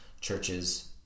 churches